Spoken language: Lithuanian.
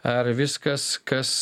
ar viskas kas